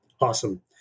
Awesome